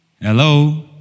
Hello